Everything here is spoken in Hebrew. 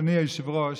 אדוני היושב-ראש,